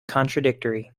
contradictory